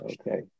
okay